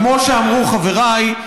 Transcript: כמו שאמרו חבריי,